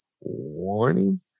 Warning